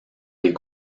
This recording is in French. les